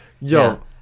Yo